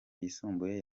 yisumbuye